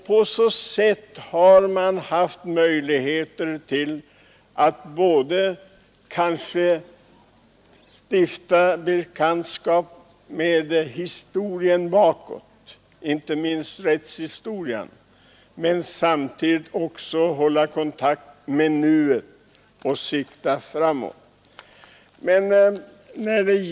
På så sätt har man haft möjligheter att stifta bekantskap med historien, inte minst rättshistorien, och samtidigt hålla kontakt med nuet och sikta framåt.